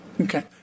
Okay